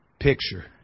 picture